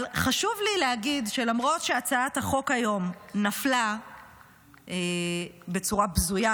אבל חשוב לי להגיד שלמרות שהצעת החוק נפלה היום בצורה בזויה,